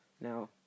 Now